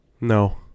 No